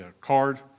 card